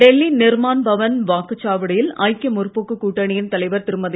டெல்லி நிர்மாண்பவன் வாக்குச் சாவடியில் ஐக்கிய முற்போக்குக் கூட்டணியின் தலைவர் திருமதி